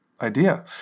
idea